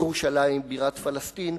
ירושלים בירת פלסטין,